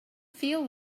feel